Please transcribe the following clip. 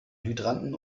hydranten